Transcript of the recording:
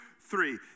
three